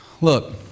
Look